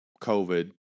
covid